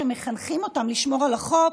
שמחנכים אותם לשמור על החוק,